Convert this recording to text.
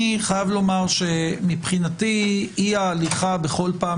אני חייב לומר שמבחינתי אי-ההליכה בכל פעם